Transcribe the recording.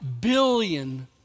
billion